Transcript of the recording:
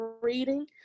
reading